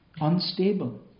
Unstable